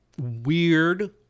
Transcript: weird